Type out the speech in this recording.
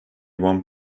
one